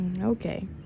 Okay